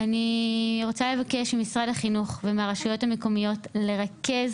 אני רוצה לבקש ממשרד החינוך ומהרשויות המקומיות לרכז